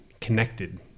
connected